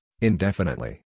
indefinitely